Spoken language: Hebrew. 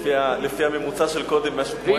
לפי הממוצע של קודם, משהו כמו עשר דקות.